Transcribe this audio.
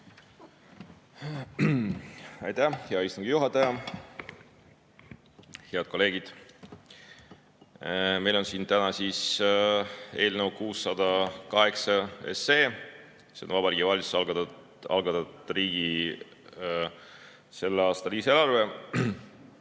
Aitäh, hea istungi juhataja! Head kolleegid! Meil on siin täna eelnõu 608, see on Vabariigi Valitsuse algatatud riigi selle aasta lisaeelarve.